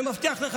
אני מבטיח לך,